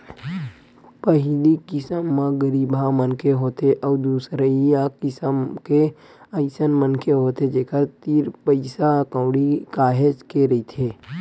पहिली किसम म गरीबहा मनखे होथे अउ दूसरइया किसम के अइसन मनखे होथे जेखर तीर पइसा कउड़ी काहेच के रहिथे